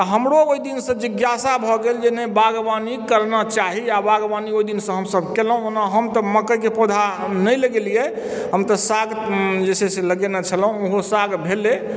तऽ हमरो ओहि दिनसँ जिज्ञासा भऽ गेल जे नहि बागवानी करना चाही आ बागवानी ओहिदिनसँ हमसभ केलहुँ ओना हम तऽ मकैके पौधा नहि लगेलिए हम तऽ साग जे छै से लगेने छलहुं ओहो साग भेलय